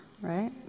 right